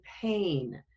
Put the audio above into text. pain